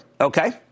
okay